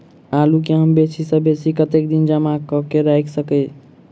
आलु केँ हम बेसी सऽ बेसी कतेक दिन जमा कऽ क राइख सकय